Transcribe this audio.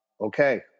okay